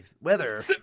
Weather